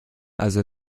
also